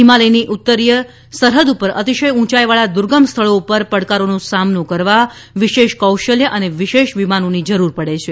હિમાલયની ઉત્તરીય સરહદ પર અતિશય ઉંચાઇવાળા દુર્ગમ સ્થળો પર પડકારોનો સામનો કરવા વિશેષ કૌશલ્ય અને વિશેષ વિમાનોની જરૂર પડે છે